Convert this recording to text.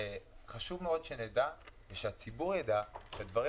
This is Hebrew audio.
חשוב מאוד שנדע ושהציבור יידע שהדברים